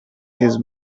his